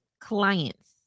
clients